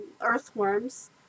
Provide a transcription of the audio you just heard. earthworms